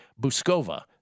Buskova